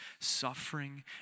suffering